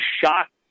shocked